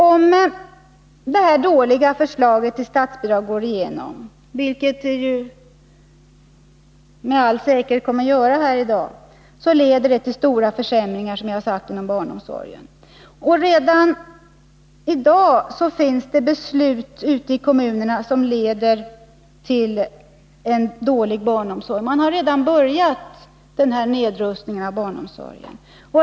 Om det här dåliga förslaget till statsbidragssystem går igenom, vilket det med all säkerhet gör i dag, leder det alltså till stora försämringar inom barnomsorgen. Redan finns det beslut ute i kommunerna som medför en dålig barnomsorg. Man har redan börjat nedrustningen av barnomsorgen.